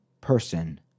person